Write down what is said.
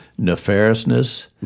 nefariousness